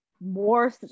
more